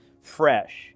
fresh